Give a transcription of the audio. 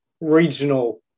regional